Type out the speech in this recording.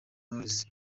knowless